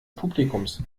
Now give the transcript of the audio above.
publikums